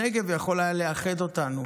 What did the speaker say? הנגב היה יכול לאחד אותנו.